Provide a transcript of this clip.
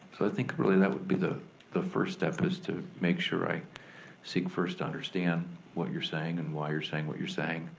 so i think really that would be the the first step is to make sure i seek first to understand what you're saying and why you're saying what you're saying.